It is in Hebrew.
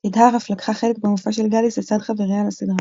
תדהר אף לקחה חלק במופע של גאליס לצד חבריה לסדרה.